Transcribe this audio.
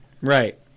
Right